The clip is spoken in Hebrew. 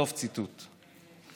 סוף ציטוט.